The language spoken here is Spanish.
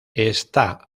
está